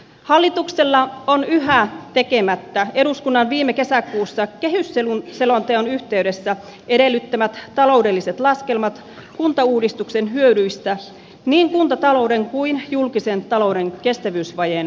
hallituksella oli yhä tekemättä eduskunnan viime kesäkuusta käsin selonteon yhteydessä edellyttämät taloudelliset laskelmat kuntauudistuksen hyödystä minkä talouden kuin julkisen talouden kestävyysvajeen